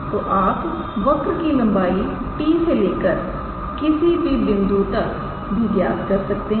तो आप वक्र की लंबाई t से लेकर किसी भी बिंदु तक भी ज्ञात कर सकते हैं